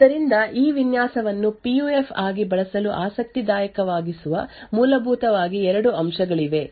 ಆದ್ದರಿಂದ ಈ ವಿನ್ಯಾಸವನ್ನು ಪಿಯುಎಫ್ ಆಗಿ ಬಳಸಲು ಆಸಕ್ತಿದಾಯಕವಾಗಿಸುವ ಮೂಲಭೂತವಾಗಿ 2 ಅಂಶಗಳಿವೆ